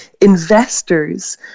investors